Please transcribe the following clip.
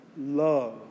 Love